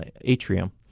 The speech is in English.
atrium